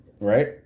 Right